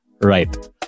right